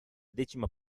decima